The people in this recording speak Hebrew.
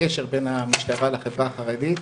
הקשר בין המשטרה לחברה החרדית,